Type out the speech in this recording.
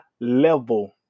level